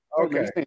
Okay